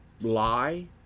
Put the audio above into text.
lie